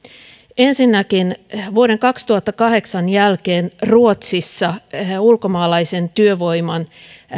ensinnäkin vuoden kaksituhattakahdeksan jälkeen ruotsissa ulkomaalaisen työvoiman